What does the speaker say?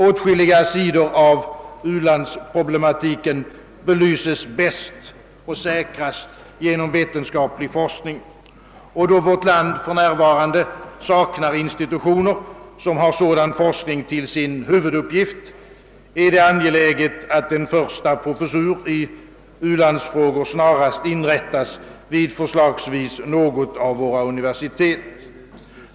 Åtskilliga sidor av u-landsproblematiken belyses bäst och säkrast genom vetenskaplig forskning, och då vårt land för närvarande saknar institutioner, som har sådan forskning till sin huvuduppgift, är det angeläget, att en första professur i u-landsfrågor snarast inrättas vid förslagsvis något av våra universitet.